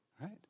right